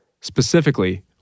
Specifically